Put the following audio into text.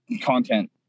content